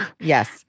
Yes